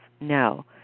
no